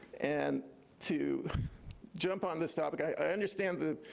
and to jump on this topic, i understand the